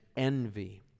Envy